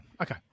Okay